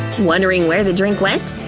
wondering where the drink went?